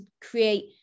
create